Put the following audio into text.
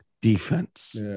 defense